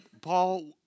Paul